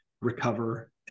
recover